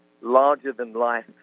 larger-than-life